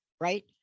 right